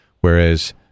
whereas